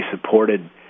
supported